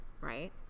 right